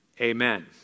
amen